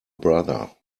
brother